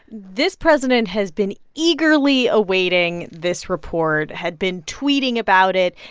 this president has been eagerly awaiting this report, had been tweeting about it.